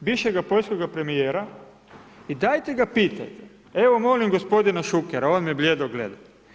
bivšega poljskog premjera i dajte ga pitajte, evo molim gospodina Šukera on me blijedo gleda.